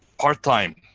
part time,